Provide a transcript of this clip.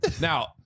now